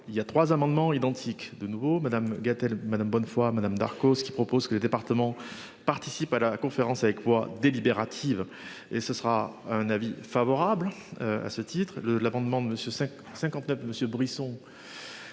il y a trois amendements identiques de nouveau Madame Gatel madame bonne foi Madame Darcos ce qu'il propose que les départements participent à la conférence avec voix délibérative et ce sera un avis favorable à ce titre l'abondement de Monsieur sec